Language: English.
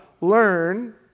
learn